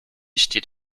steht